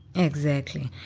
exactly.